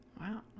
Wow